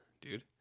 dude